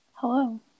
hello